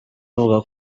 avuga